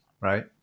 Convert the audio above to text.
right